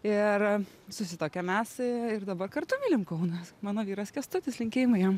ir susituokėm mes ir dabar kartu mylim kaunas mano vyras kęstutis linkėjimai jam